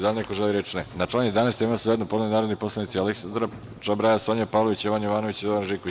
Da li neko želi reč? (Ne) Na član 11. amandman su zajedno podneli narodni poslanici Aleksandra Čabraja, Sonja Pavlović, Jovan Jovanović i Zoran Živković.